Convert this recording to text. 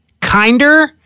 kinder